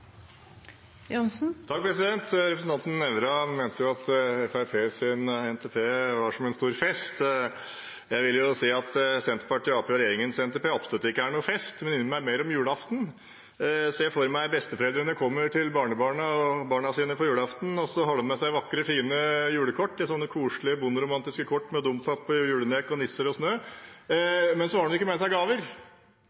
Representanten Nævra mente at Fremskrittspartiets NTP var som en stor fest. Jeg vil si at Senterpartiets, Arbeiderpartiets og regjeringens NTP absolutt ikke er noen fest, men minner meg mer om julaften. Jeg ser besteforeldrene som kommer til barnebarna og barna sine på julaften, og så har de med seg vakre, fine julekort – sånne koselige, bonderomantiske kort med dompaper og julenek og nisser og snø,